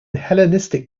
hellenistic